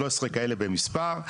13 כאלה במספר,